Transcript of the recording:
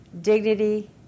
dignity